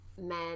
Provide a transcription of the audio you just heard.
men